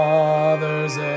Father's